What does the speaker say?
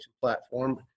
platform